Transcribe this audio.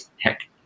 tech